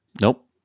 Nope